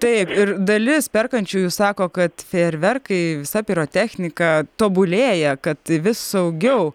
taip ir dalis perkančiųjų sako kad fejerverkai visa pirotechnika tobulėja kad vis saugiau